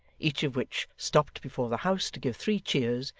each of which stopped before the house to give three cheers,